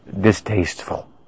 distasteful